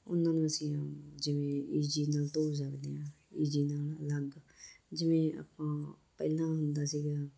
ਉਹਨਾਂ ਨੂੰ ਅਸੀਂ ਜਿਵੇਂ ਈਜੀ ਨਾਲ ਧੋ ਸਕਦੇ ਹਾਂ ਈਜੀ ਨਾਲ ਅਲੱਗ ਜਿਵੇਂ ਆਪਾਂ ਪਹਿਲਾਂ ਹੁੰਦਾ ਸੀਗਾ